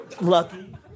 lucky